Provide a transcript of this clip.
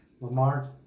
Lamar